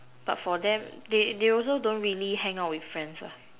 but for them they they also don't really hang out with friends ah